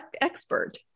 expert